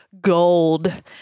Gold